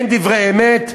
אין דברי אמת?